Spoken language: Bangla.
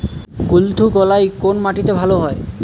কুলত্থ কলাই কোন মাটিতে ভালো হয়?